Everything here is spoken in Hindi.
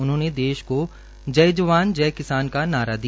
उन्होंने देश को जय जवान जय किसान का नारा दिया